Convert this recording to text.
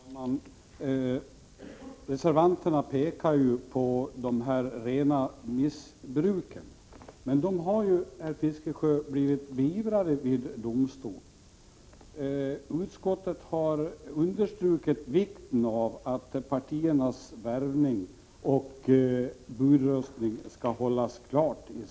Herr talman! Reservanterna pekar på de rena missbruksfallen, men dessa har, herr Fiskesjö, blivit beivrade genom beslut av domstol. Utskottet har understrukit vikten av att partiernas värvning och budröstning skall hållas klart isär.